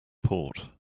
port